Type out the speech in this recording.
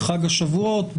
בחג השבועות,